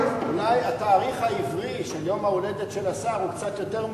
אולי התאריך העברי של יום ההולדת של השר הוא קצת יותר מוקדם?